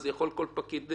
אז יכול כל פקיד,